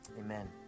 Amen